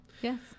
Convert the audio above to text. Yes